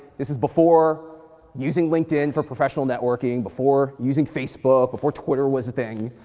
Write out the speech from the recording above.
this is before using linkedin for professional networking, before using facebook, before twitter was a thing.